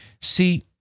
See